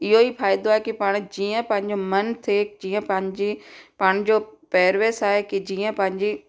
इहो ई फ़ाइदो आहे की पाण जीअं पंहिंजो मन थिए जीअं पंहिंजी पाण जो पैरवेस आहे की जीअं पंहिंजी